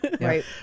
Right